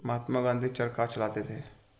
महात्मा गांधी चरखा चलाते थे